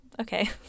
okay